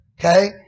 Okay